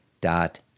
dot